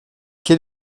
quel